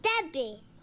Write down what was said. Debbie